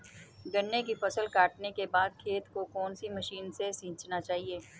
गन्ने की फसल काटने के बाद खेत को कौन सी मशीन से सींचना चाहिये?